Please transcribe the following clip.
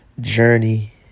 journey